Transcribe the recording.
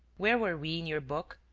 where were we in your book?